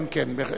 כן כן, בהחלט.